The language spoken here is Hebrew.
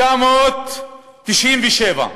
ב-1997,